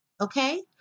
okay